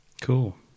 Cool